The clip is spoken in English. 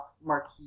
Marquis